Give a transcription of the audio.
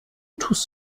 tust